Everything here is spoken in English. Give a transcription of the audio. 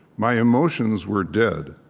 my emotions were dead.